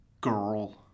girl